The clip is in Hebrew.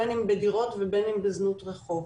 בין אם בדירות ובין אם בזנות רחוב.